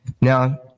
Now